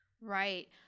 Right